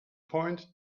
point